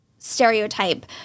stereotype